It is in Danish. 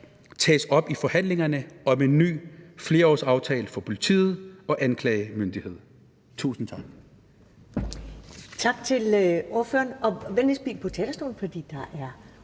tages op i forhandlingerne om en ny flerårsaftale for politi og anklagemyndighed.« (Forslag